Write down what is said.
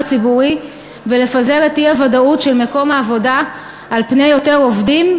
הציבורי ולפזר את האי-ודאות של מקום העבודה על פני יותר עובדים,